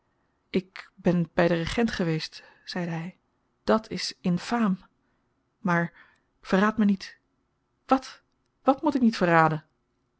ik ben by den regent geweest zeide hy dàt is infaam maar verraad me niet wat wàt moet ik niet verraden